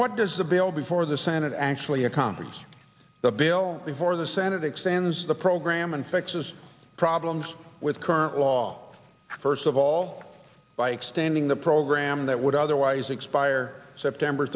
what does the bill before the senate actually accomplish the bill before the senate expands the program and fixes problems with current law first of all by extending the program that would otherwise expire september